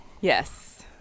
Yes